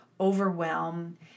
overwhelm